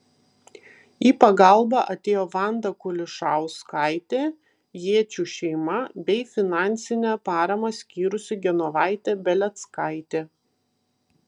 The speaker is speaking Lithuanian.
į pagalbą atėjo vanda kulišauskaitė jėčių šeima bei finansinę paramą skyrusi genovaitė beleckaitė